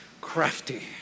crafty